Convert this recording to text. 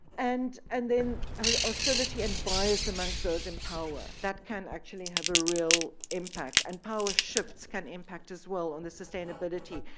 and and then ausility and bias amongst those enpower, that can have a real impact. and power shifts can impact as well on the sustainability.